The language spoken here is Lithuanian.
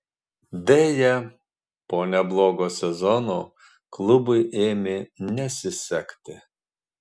deja po neblogo sezono klubui ėmė nesisekti